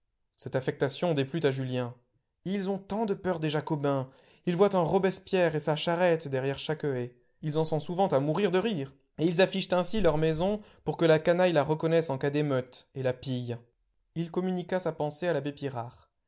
cette affectation déplut à julien ils ont tant de peur des jacobins ils voient un robespierre et sa charrette derrière chaque haie ils en sont souvent à mourir de rire et ils affichent ainsi leur maison pour que la canaille la reconnaisse en cas d'émeute et la pille il communiqua sa pensée à l'abbé pirard